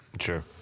Sure